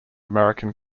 american